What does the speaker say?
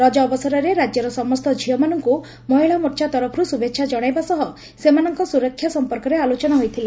ରଜ ଅବସରରେ ରାଜ୍ୟର ସମସ୍ତ ଝିଅମାନଙ୍ଙ ମହିଳା ମୋର୍ଚା ତରଫରୁ ଶୁଭେଛା ଜଣାଇବା ସହ ସେମାନଙ୍ଙ ସୁରକ୍ଷା ସମ୍ପର୍କରେ ଆଲୋଚନା ହୋଇଥିଲା